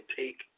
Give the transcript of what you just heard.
take